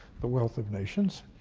the wealth of nations.